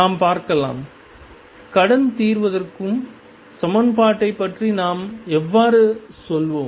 நாம் பார்க்கலாம் கடன்தீர்வுத்திறம் சமன்பாட்டைப் பற்றி நாம் எவ்வாறு செல்வோம்